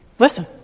Listen